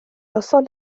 noson